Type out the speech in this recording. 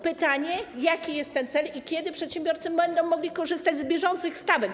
Pytanie: Jaki jest ten cel i kiedy przedsiębiorcy będą mogli korzystać z bieżących stawek?